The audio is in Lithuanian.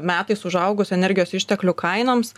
metais užaugus energijos išteklių kainoms